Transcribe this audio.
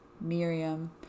Miriam